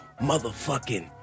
motherfucking